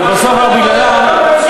בסוף בגללם,